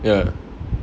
ya